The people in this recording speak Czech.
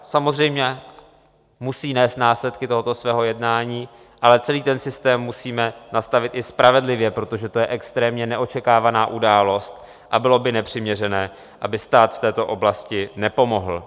Samozřejmě musí nést následky tohoto svého jednání, ale celý ten systém musíme nastavit i spravedlivě, protože to je extrémně neočekávaná událost a bylo by nepřiměřené, aby stát v této oblasti nepomohl.